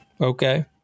Okay